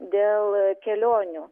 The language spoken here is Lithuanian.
dėl kelionių